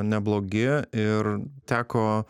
neblogi ir teko